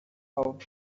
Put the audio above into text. out